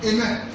Amen